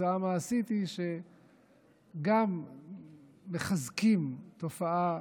התוצאה המעשית היא שגם מחזקים תופעה